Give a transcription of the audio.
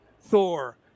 Thor